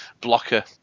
blocker